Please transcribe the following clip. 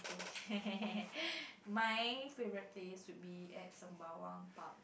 my favorite place would be at Sembawang Park